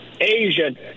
Asian